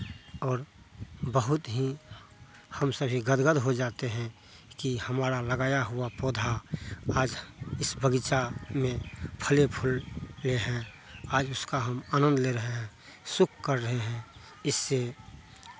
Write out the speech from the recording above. और बहुत ही हम सभी गदगद हो जाते हैं कि हमारा लगाया हुआ पौधा आज इस बगीचा में फले फूले हैं आज उसका हम आनंद ले रहे हैं सुख कर रहे हैं इससे